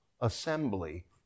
assembly